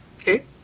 okay